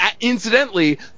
incidentally